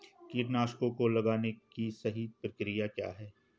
कीटनाशकों को लगाने की सही प्रक्रिया क्या है?